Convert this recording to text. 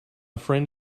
friend